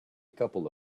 couple